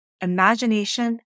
Imagination